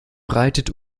reitet